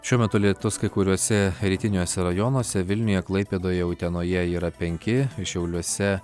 šiuo metu lietus kai kuriuose rytiniuose rajonuose vilniuje klaipėdoje utenoje yra penki šiauliuose